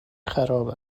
خراب